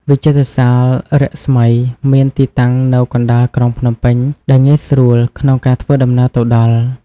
វិចិត្រសាលរស្មី មានទីតាំងនៅកណ្តាលក្រុងភ្នំពេញ ដែលងាយស្រួលក្នុងការធ្វើដំណើរទៅដល់។